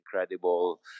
incredible